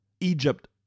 Egypt